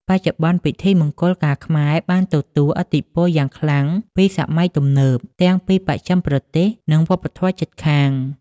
បច្ចុប្បន្ន ពិធីមង្គលការខ្មែរបានទទួល ឥទ្ធិពលយ៉ាងខ្លាំងពីសម័យទំនើប ទាំងពីបស្ចិមប្រទេស និងវប្បធម៌ជិតខាង ។